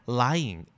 lying